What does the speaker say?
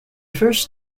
first